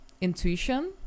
intuition